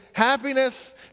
Happiness